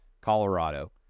Colorado